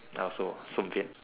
I also 顺便